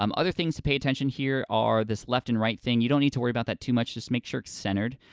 um other things, pay attention here, are this left and right thing, you don't need to worry about that too much, just make sure it's centered,